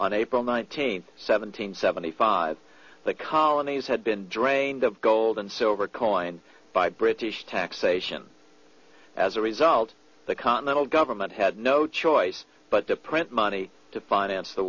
on april nineteenth seventeen seventy five the colonies had been drained of gold and silver coined by british taxation as a result the continental government had no choice but to print money to finance the